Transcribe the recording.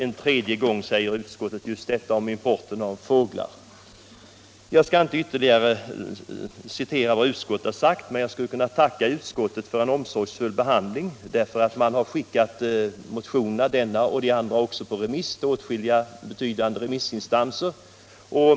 En tredje gång talar så utskottet om importen av fåglar. Jag skall inte ytterligare citera vad utskottet har sagt. Däremot skulle jag kunna tacka utskottet för en ingående och omsorgsfull behandling; både min motion och den andra har skickats ut till åtskilliga betydandé remissinstanser.